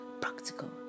practical